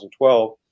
2012